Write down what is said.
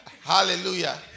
Hallelujah